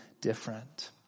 different